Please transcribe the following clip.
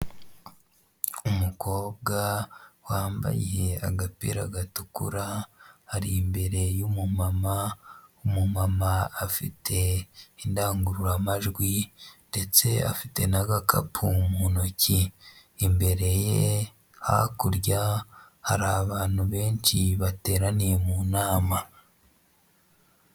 Umukobwa wambaye agapira gatukura, ari imbere y'umumama, umumama afite indangururamajwi ndetse afite n'agakapu mu ntoki. Imbere ye hakurya hari abantu benshi bateraniye mu nama.